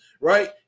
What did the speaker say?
right